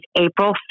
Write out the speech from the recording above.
April